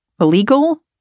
illegal